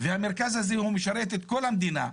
והמרכז הזה משרת את כל המדינה,